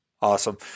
awesome